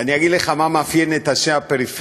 אני אגיד לך מה מאפיין את אנשי הפריפריה.